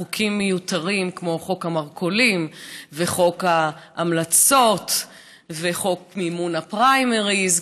חוקים מיותרים כמו חוק המרכולים וחוק ההמלצות וחוק מימון הפריימריז,